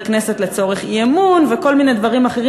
כנסת לצורך אי-אמון וכל מיני דברים אחרים,